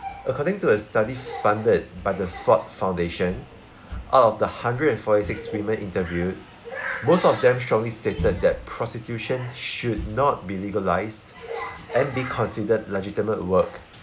according to a study funded by the ford foundation out of the hundred and forty six women interviewed most of them strongly stated that prostitution should not be legalised and be considered legitimate work